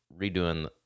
redoing